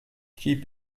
keep